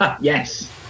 Yes